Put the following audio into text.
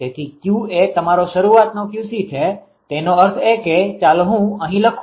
તેથી Q એ તમારો શરૂઆતનો 𝑄𝐶 છે તેનો અર્થ એ કે ચાલો હું અહીં લખું